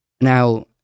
Now